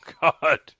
God